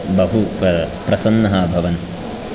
बहु प्रसन्नः अभवन्